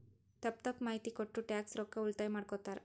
ತಪ್ಪ ತಪ್ಪ ಮಾಹಿತಿ ಕೊಟ್ಟು ಟ್ಯಾಕ್ಸ್ ರೊಕ್ಕಾ ಉಳಿತಾಯ ಮಾಡ್ಕೊತ್ತಾರ್